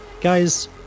guys